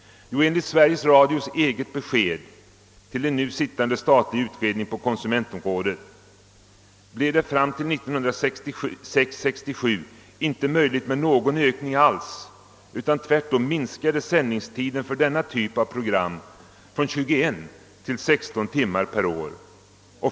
Jo, enligt Sveriges Radios eget besked till den nu sittande statliga utredningen på konsumentområdet blev det fram till 1966/67 inte möjligt med någon ökning alls, utan tvärtom minskade sändningstiden för denna typ av program från 21 till 16 timmar per år.